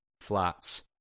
flats